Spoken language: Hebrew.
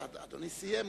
אדוני סיים.